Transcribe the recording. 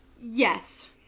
Yes